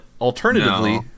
alternatively